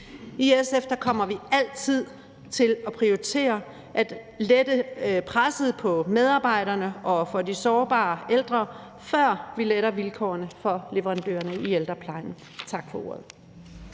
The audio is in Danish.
I SF kommer vi altid til at prioritere at lette presset på medarbejderne og de sårbare ældre, før vi letter vilkårene for leverandørerne i ældreplejen. Tak for ordet.